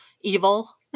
evil